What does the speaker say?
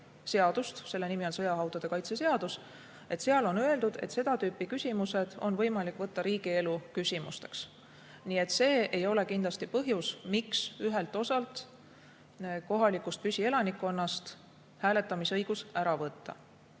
seadust, sõjahaudade kaitse seadust, on öeldud, et seda tüüpi küsimused on võimalik võtta riigielu küsimusteks. Nii et see ei ole kindlasti põhjus, miks ühelt osalt kohalikust püsielanikkonnast hääletamisõigus ära võtta.